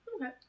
Okay